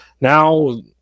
now